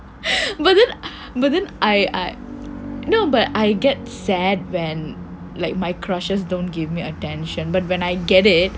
but then but then I I no but I get sad when like my crushes don't give me attention but when I get it